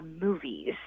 movies